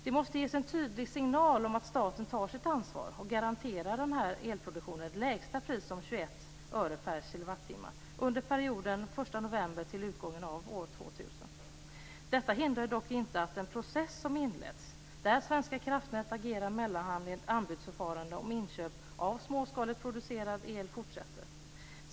Det måste ges en tydlig signal om att staten tar sitt ansvar och garanterar elproduktionen ett lägsta pris om 21 öre per kilowattimme under perioden från den Detta hindrar dock inte att den process som inletts, där Svenska kraftnät agerar mellanhand i ett anbudsförfarande om inköp av småskaligt producerad el, fortsätter.